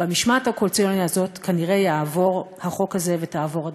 במשמעת הקואליציונית הזאת כנראה יעבור החוק הזה ותעבור הדחייה,